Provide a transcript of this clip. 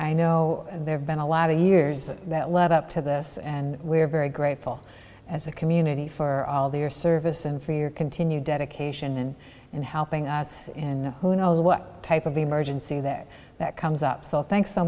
i know there have been a lot of years that led up to this and we're very grateful as a community for all their service and for your continued dedication in helping us and who knows what type of emergency that that comes up so thanks so